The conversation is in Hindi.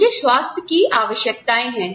मुझे स्वास्थ्य की आवश्यकताएं हैं